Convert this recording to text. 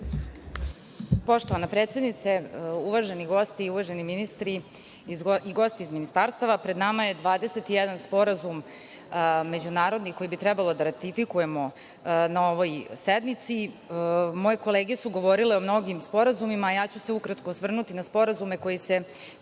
Poštovana predsednice, uvaženi gosti i uvaženi ministri i gosti iz ministarstava, pred nama je 21 sporazum međunarodni, koji bi trebalo da ratifikujemo na ovoj sednici. Moje kolege su govorile o mnogim sporazumima, a ja ću se ukratko osvrnuti na sporazume koji se